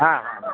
হ্যাঁ হ্যাঁ